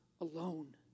alone